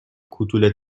کوتوله